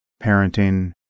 parenting